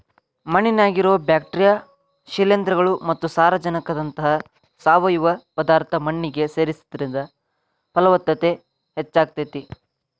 ಮಣ್ಣಿನ್ಯಾಗಿರೋ bacteria, ಶಿಲೇಂಧ್ರಗಳು ಮತ್ತ ಸಾರಜನಕದಂತಹ ಸಾವಯವ ಪದಾರ್ಥ ಮಣ್ಣಿಗೆ ಸೇರಿಸಿದ್ರ ಪಲವತ್ತತೆ ಹೆಚ್ಚಾಗ್ತೇತಿ